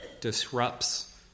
disrupts